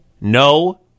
No